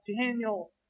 Daniel